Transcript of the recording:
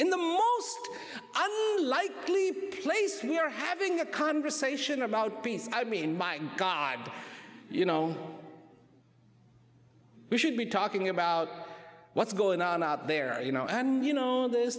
likely place we're having a conversation about peace i mean my god you know we should be talking about what's going on out there you know and you know all those